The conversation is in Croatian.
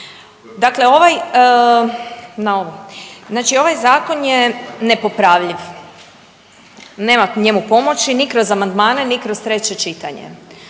znači ovaj zakon je nepopravljiv. Nema njemu pomoći ni kroz amandmane, ni kroz treće čitanje.